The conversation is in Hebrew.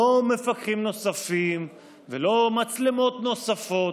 לא מפקחים נוספים ולא מצלמות נוספות,